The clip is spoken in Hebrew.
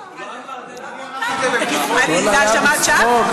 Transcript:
הכול היה בצחוק.